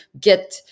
get